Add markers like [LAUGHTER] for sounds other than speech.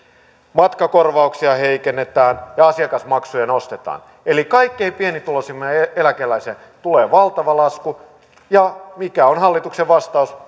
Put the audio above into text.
matkakorvauksia heikennetään ja asiakasmaksuja nostetaan eli kaikkein pienituloisimman eläkeläisen tuen valtava lasku ja mikä on hallituksen vastaus [UNINTELLIGIBLE]